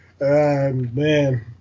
Man